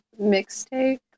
mixtape